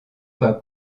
pas